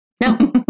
No